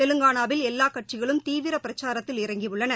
தெலுங்கானாவில் எல்லாக் கட்சிகளும் தீவிர பிரச்சாரத்தில் இறங்கியுள்ளன